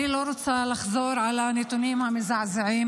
אני לא רוצה לחזור על הנתונים המזעזעים,